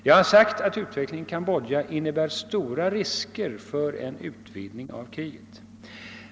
Jag har sagt att utvecklingen i Kambodja innebär stora risker för en utvidgning av kriget.